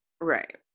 Right